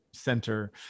center